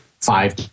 five